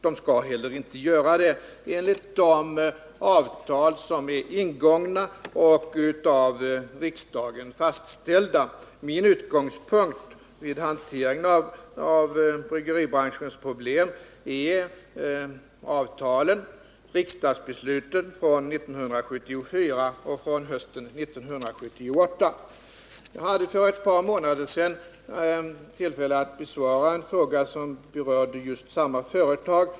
Den skall inte göra det enligt de avtal som är ingångna och av riksdagen fastställda. Min utgångspunkt vid hanteringen av bryggeribranschens problem är avtalen liksom riksdagsbeslutet från 1974 och från hösten 1978. Jag hade för ett par månader sedan tillfälle att besvara en fråga som berörde samma företag.